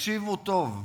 תקשיבו טוב: